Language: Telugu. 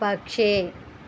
పక్షి